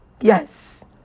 yes